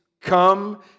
come